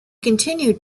continued